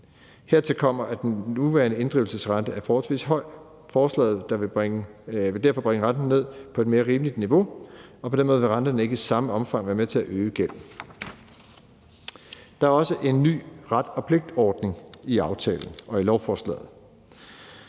Hertil kommer, at den nuværende inddrivelsesrente er forholdsvis høj. Forslaget vil derfor bringe renten ned på et mere rimeligt niveau, og på den måde vil renterne ikke i samme omfang være med til at øge gælden. Der er også en ny ret og pligt-ordning i aftalen og i lovforslaget.